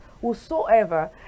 whosoever